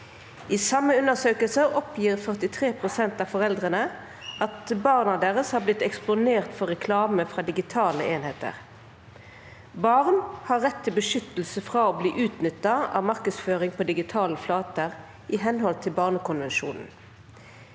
I samme undersøkelse oppgir 43 pst. av foreldrene at ungene deres har blitt eksponert for reklame på digitale enheter. Barn har rett til beskyttelse fra å bli utnyttet av markedsføring på digitale flater i henhold til barnekonvensjonen.